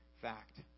fact